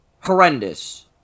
horrendous